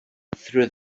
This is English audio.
through